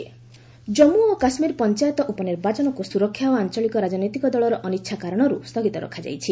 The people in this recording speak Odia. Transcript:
ଜେକେ ପଞ୍ଚାୟତ ପୋଲ୍ସ ଜାମ୍ମୁ ଓ କାଶ୍ମୀର ପଞ୍ଚାୟତ ଉପନିର୍ବାଚନକୁ ସୁରକ୍ଷା ଓ ଆଞ୍ଚଳିକ ରାଜନୈତିକ ଦଳର ଅନିଚ୍ଛା କାରଣରୁ ସ୍ଥଗିତ ରଖାଯାଇଛି